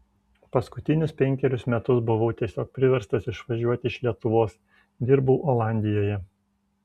paskutinius penkerius metus buvau tiesiog priverstas išvažiuoti iš lietuvos dirbau olandijoje